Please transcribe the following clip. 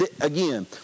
again